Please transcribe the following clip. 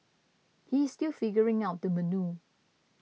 he is still figuring out the menu